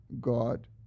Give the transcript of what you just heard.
God